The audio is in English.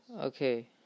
Okay